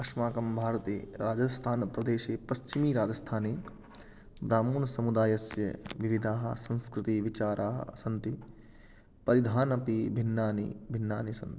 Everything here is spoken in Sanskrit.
अस्माकं भारते राजस्थानप्रदेशे पश्चिमराजस्थाने ब्राह्मणसमुदायस्य विविधाः संस्कृतिविचाराः सन्ति परिधानमपि भिन्नानि भिन्नानि सन्ति